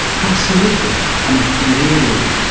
absolutely. um and it really